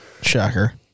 Shocker